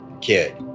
kid